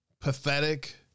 pathetic